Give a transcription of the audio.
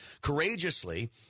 Courageously